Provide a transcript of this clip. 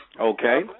Okay